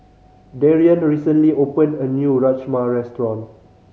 Darien recently opened a new Rajma Restaurant